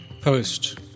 post